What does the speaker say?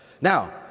Now